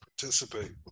participate